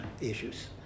issues